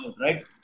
right